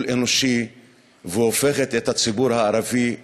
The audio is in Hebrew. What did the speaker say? אנושי והופכת את הציבור הערבי לדמוני.